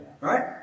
Right